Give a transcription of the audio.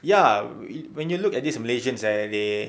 ya when you look at these malaysians eh they